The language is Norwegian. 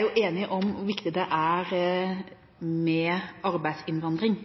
jo enige om hvor viktig det er med arbeidsinnvandring,